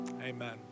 Amen